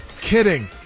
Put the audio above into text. Kidding